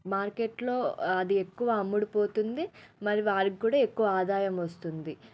మార్కెట్లో అది ఎక్కువ అమ్ముడుపోతుంది మరి వారికి కూడా ఎక్కువ ఆదాయం వస్తుంది